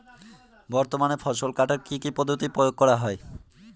বর্তমানে ফসল কাটার কি কি পদ্ধতি প্রয়োগ করা হয়?